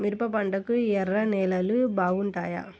మిరప పంటకు ఎర్ర నేలలు బాగుంటాయా?